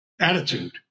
attitude